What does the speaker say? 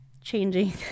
changing